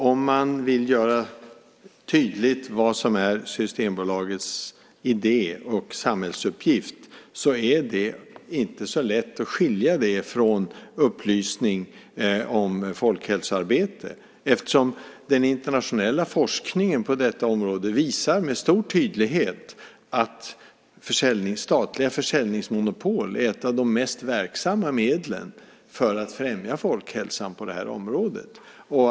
När man försöker göra tydligt vad som är Systembolagets idé och samhällsuppgift är det inte så lätt att skilja det från upplysning om folkhälsoarbete, eftersom den internationella forskningen på detta område med stor tydlighet visar att statliga försäljningsmonopol är ett av de mest verksamma medlen för att främja folkhälsan i det här avseendet.